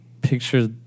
picture